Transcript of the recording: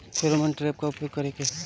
Pheromone trap का उपयोग कर के?